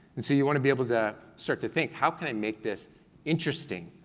and so you wanna be able to start to think, how can i make this interesting?